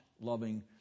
loving